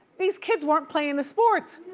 these kids weren't playing the sports.